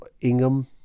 Ingham